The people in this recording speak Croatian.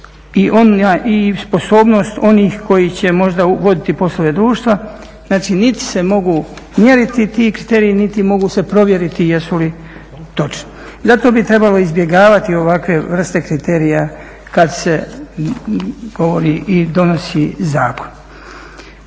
i sposobnost onih koji će možda voditi poslove društva, znači niti se mogu mjeriti ti kriteriji, niti mogu se provjeriti jesu li točni. Zato bi trebalo izbjegavati ovakve vrste kriterija kad se govori i donosi zakon.